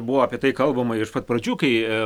buvo apie tai kalbama iš pat pradžių kai